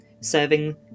serving